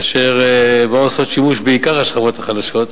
אשר בה עושות שימוש בעיקר השכבות החלשות.